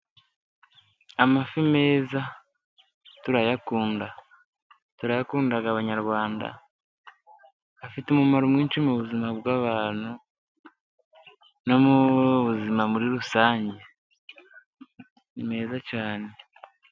Amafi meza. Turayakunda, turayakunda Abanyarwanda, afite umumaro mwinshi mu buzima bw'abantu, no mu buzima muri rusange, ni meza cyane.